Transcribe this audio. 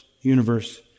universe